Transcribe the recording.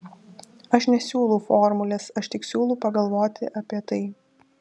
aš nesiūlau formulės aš tik siūlau pagalvoti apie tai